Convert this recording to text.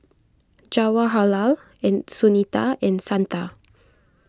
Jawaharlal and Sunita and Santha